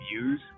views